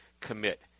commit